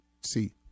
See